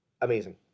amazing